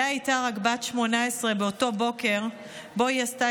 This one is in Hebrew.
לאה הייתה רק בת 18 באותו בוקר שבו היא עשתה